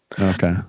Okay